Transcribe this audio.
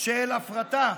של הפרטה.